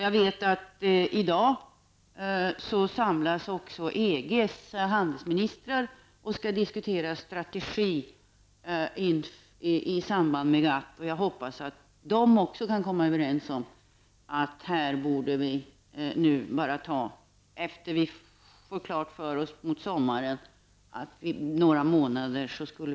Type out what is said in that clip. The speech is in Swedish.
Jag vet att EGs handelsministrar i dag samlas för att diskutera strategi i samband med GATT. Jag hoppas att också de kan komma överens, så att det hela kan föras i hamn om några månader.